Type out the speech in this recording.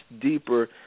deeper